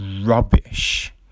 rubbish